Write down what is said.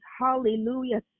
hallelujah